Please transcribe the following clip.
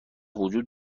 وجود